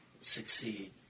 succeed